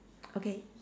okay